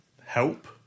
help